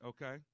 Okay